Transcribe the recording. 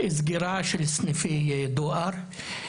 סגירה של סניפי דואר,